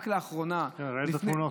רק לאחרונה, כן, ראינו את התמונות.